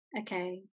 okay